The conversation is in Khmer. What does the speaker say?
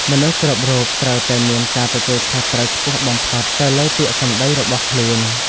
មនុស្សគ្រប់រូបត្រូវតែមាន ការទទួលខុសត្រូវខ្ពស់បំផុត ទៅលើពាក្យសម្ដីរបស់ខ្លួន។